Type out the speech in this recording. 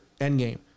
Endgame